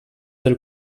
del